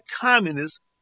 communists